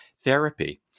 therapy